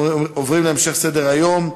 נעבור להצעות לסדר-היום בנושא: